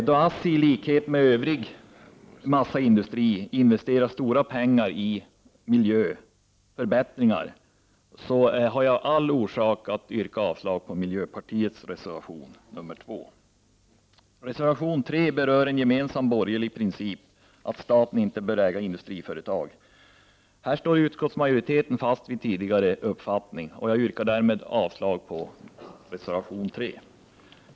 Då ASSI i likhet med övriga massaindustrier investerar stora pengar i miljöförbättringar har jag all anledning att yrka avslag på miljöpartiets reservation nr 2. Reservation 3 berör en princip som är gemensam för de borgerliga partierna, nämligen den att staten inte bör äga industriföretag. Här står utskottsmajoriteten fast vid sin tidigare uppfattning. Jag yrkar därmed avslag på reservation 3.